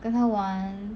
跟他玩